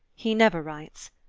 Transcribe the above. he never writes.